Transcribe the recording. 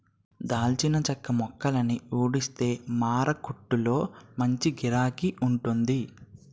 దాల్చిన చెక్క మొక్కలని ఊడిస్తే మారకొట్టులో మంచి గిరాకీ వుంటాది